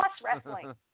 wrestling